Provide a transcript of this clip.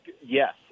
yes